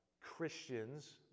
Christians